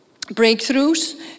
breakthroughs